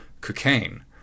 cocaine